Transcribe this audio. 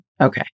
Okay